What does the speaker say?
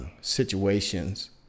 situations